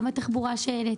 גם נושא התחבורה שהעלית,